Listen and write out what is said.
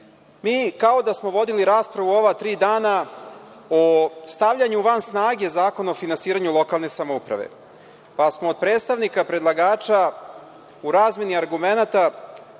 Mi kao da smo vodili raspravu ova tri dana o stavljanju van snage Zakona o finansiranju lokalne samouprave, pa smo od predstavnika predlagača u razmeni argumenta